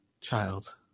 child